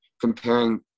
comparing